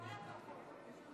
אם כך,